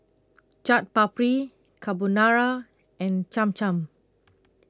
Chaat Papri Carbonara and Cham Cham